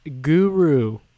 Guru